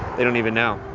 they don't even know.